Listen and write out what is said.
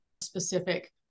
specific